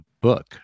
book